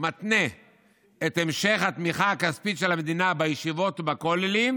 מתנה את המשך התמיכה הכספית של המדינה בישיבות ובכוללים,